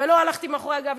ולא הלכתי מאחורי הגב.